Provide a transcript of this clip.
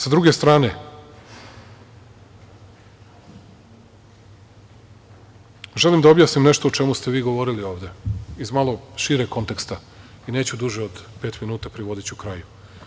Sa druge strane, želim da objasnim nešto o čemu ste vi govorili ovde, iz malo šireg konteksta i neću duže od pet minuta, privodiću kraju.